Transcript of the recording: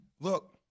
Look